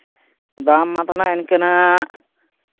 ᱫᱟᱢ ᱢᱟᱛᱚ ᱦᱟᱸᱜ ᱤᱱᱠᱟᱹ ᱦᱟᱸᱜ